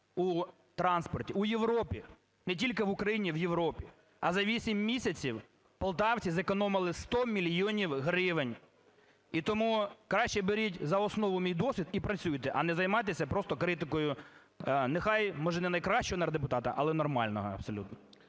у транспорті. У Європі, не тільки в Україні, у Європі. А за 8 місяців полтавці зекономили 100 мільйонів гривень. І тому краще беріть за основу мій досвід і працюйте, а не займайтесь просто критикою, нехай, може, не найкращого нардепутата, але нормального абсолютно.